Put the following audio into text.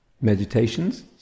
meditations